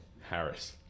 Harris